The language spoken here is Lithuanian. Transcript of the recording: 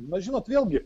na žinot vėlgi